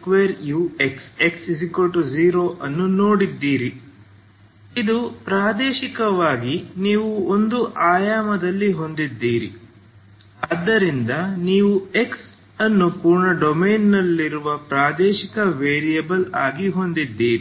c2uxx0 ಅನ್ನು ನೋಡಿದ್ದೀರಿ ಇದು ಪ್ರಾದೇಶಿಕವಾಗಿ ನೀವು ಒಂದು ಆಯಾಮದಲ್ಲಿ ಹೊಂದಿದ್ದೀರಿ ಆದ್ದರಿಂದ ನೀವು x ಅನ್ನು ಪೂರ್ಣ ಡೊಮೇನ್ನಲ್ಲಿರುವ ಪ್ರಾದೇಶಿಕ ವೇರಿಯೇಬಲ್ ಆಗಿ ಹೊಂದಿದ್ದೀರಿ